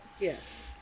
yes